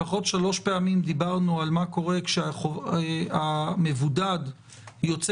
לפחות שלוש פעמים דיברנו מה קורה כשהמבודד יוצא